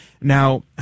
now